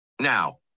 Now